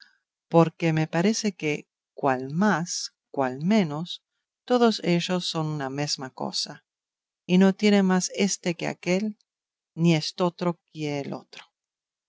porque me parece que cuál más cuál menos todos ellos son una mesma cosa y no tiene más éste que aquél ni estotro que el otro